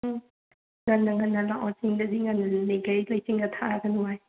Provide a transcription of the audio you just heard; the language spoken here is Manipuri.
ꯎꯝ ꯉꯟꯅ ꯉꯟꯅ ꯂꯥꯛꯑꯣ ꯆꯤꯡꯗꯗꯤ ꯉꯜꯂꯤꯘꯩ ꯐꯩ ꯂꯩꯆꯤꯜꯒ ꯊꯥꯔꯒ ꯅꯨꯡꯉꯥꯏ